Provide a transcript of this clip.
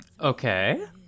Okay